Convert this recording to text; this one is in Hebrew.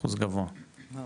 אחוז גבוה.